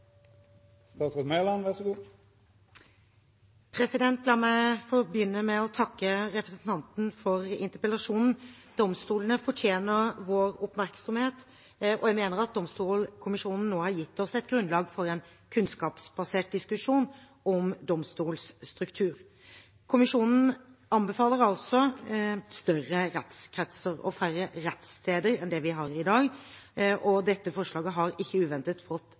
La meg få begynne med å takke representanten for interpellasjonen. Domstolene fortjener vår oppmerksomhet, og jeg mener Domstolkommisjonen nå har gitt oss et grunnlag for en kunnskapsbasert diskusjon om domstolstruktur. Kommisjonen anbefaler altså større rettskretser og færre rettssteder enn det vi har i dag, og dette forslaget har – ikke uventet – fått